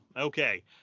okay